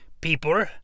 people